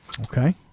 okay